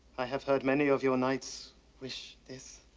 i have heard many of your knights wish this.